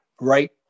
right